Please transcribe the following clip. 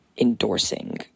endorsing